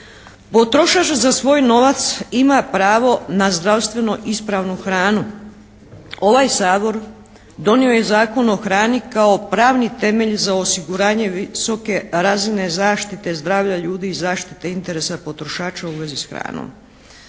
Potrošač za svoj novac ima pravo na zdravstveno ispravnu hranu. Ovaj Sabor donio je Zakon o hrani kao pravni temelj za osiguranje visoke razine zaštite zdravlja ljudi i zaštite interesa potrošača u vezi s hranom.